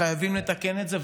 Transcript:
חייבים לתקן את זה,